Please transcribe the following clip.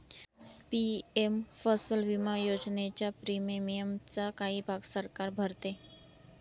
PM फसल विमा योजनेच्या प्रीमियमचा काही भाग सरकार भरते